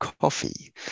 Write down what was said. coffee